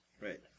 Right